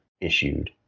issued